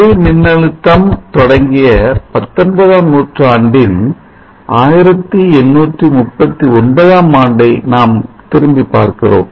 ஒளி மின்னழுத்தம் தொடங்கிய 19ஆம் நூற்றாண்டின் 1839 ஆம் ஆண்டை நாம் திரும்பிப் பார்க்கிறோம்